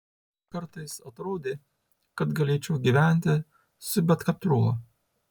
kartais atrodė kad galėčiau gyventi su bet katruo